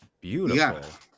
Beautiful